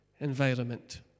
environment